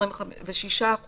26%,